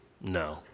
no